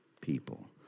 people